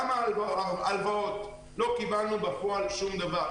גם לגבי הלוואות בפועל לא קיבלנו שום דבר.